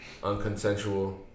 unconsensual